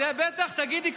בטח תגידי,